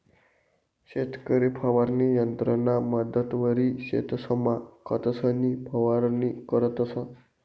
शेतकरी फवारणी यंत्रना मदतवरी शेतसमा खतंसनी फवारणी करतंस